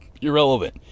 Irrelevant